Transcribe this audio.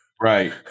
Right